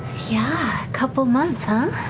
yeah, couple months, huh?